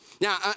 Now